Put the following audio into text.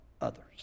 others